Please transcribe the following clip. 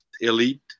elite